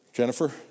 Jennifer